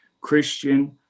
Christian